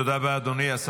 תודה רבה, אדוני.